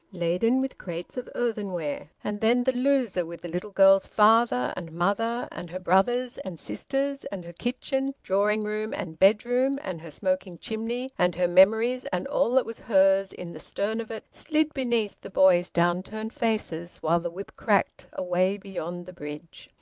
laden with crates of earthenware. and then the loser, with the little girl's father and mother and her brothers and sisters, and her kitchen, drawing-room, and bedroom, and her smoking chimney and her memories and all that was hers, in the stern of it, slid beneath the boys' down-turned faces while the whip cracked away beyond the bridge.